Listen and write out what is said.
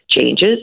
changes